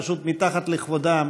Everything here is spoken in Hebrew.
פשוט מתחת לכבודם